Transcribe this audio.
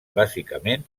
bàsicament